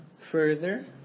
Further